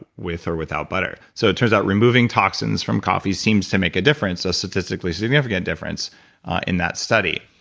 with or without butter so it turns out removing toxins from coffee seems to make a difference, a statistically significant difference in that study.